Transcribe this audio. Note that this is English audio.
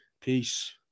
Peace